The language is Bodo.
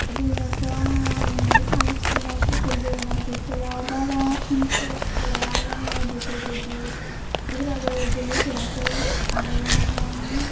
ओरैनोथ' आङो बे सानस्रिनाय क्रिकेट गेलेनाय बेफोराव बारा इन्टारेस्त गैया आरो आङो बेफोरबायदि खेलाबो गेलेफेराखै आगोलो आङो